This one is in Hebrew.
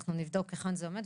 ואנחנו נבדוק היכן זה עומד.